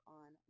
on